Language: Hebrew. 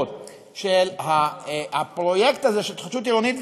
של הפרויקט הזה של התחדשות עירונית,